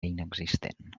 inexistent